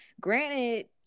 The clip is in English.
granted